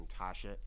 Tasha